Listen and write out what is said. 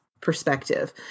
perspective